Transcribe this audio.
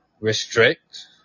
restrict